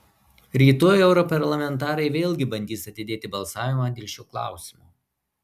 rytoj europarlamentarai vėlgi bandys atidėti balsavimą dėl šio klausimo